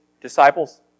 disciples